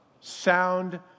Sound